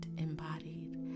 embodied